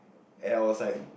and I was like